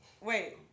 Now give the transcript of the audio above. Wait